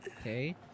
Okay